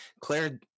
Claire